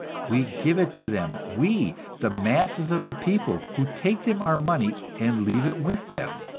we give it to them we, the masses of the people, who take them our money and leave it with them.